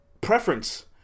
preference